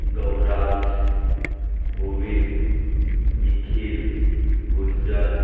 गौरक्ष Govind गुंजन